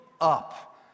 up